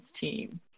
team